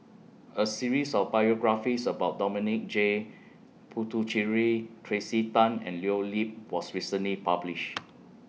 A series of biographies about Dominic J Puthucheary Tracey Tan and Leo Yip was recently published